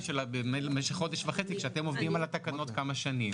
שלה במשך חודש וחצי כאשר אתם עובדים על התקנות כבר כמה שנים.